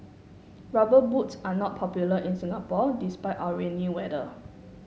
rubber boots are not popular in Singapore despite our rainy weather